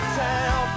town